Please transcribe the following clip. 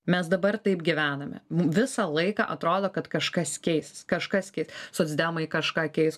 mes dabar taip gyvename visą laiką atrodo kad kažkas keisis kažkas kita socdemai kažką keis